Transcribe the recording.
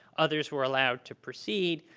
others were allowed to proceed.